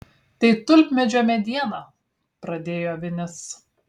tai tulpmedžio mediena pradėjo vinis